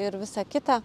ir visa kita